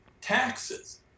taxes